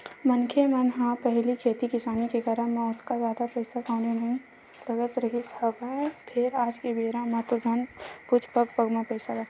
मनखे मन ल पहिली खेती किसानी के करब म ओतका जादा पइसा कउड़ी नइ लगत रिहिस हवय फेर आज के बेरा म तो झन पुछ पग पग म पइसा लगथे